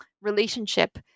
relationship